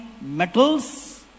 metals